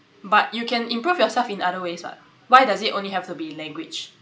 but you can improve yourself in other ways what why does it only have to be language